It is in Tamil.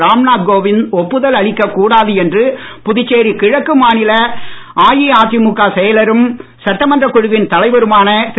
ராம்நாத் கோவிந்த் ஒப்புதல் அளிக்க கூடாது என்று புதுச்சேரி கிழக்கு மாநில அஇஅதிமுக செயலரும் சட்டமன்றக் குழுவின் தலைவருமான திரு